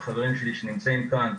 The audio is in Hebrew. החברים שלי שנמצאים כאן,